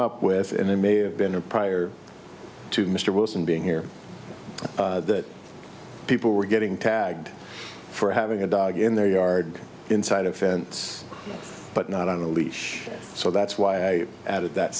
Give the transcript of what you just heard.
up with and it may have been a prior to mr wilson being here that people were getting tagged for having a dog in their yard inside a fence but not on a leash so that's why i added that